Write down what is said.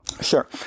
Sure